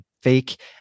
fake